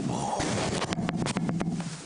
חבר הכנסת ברוכי, בבקשה.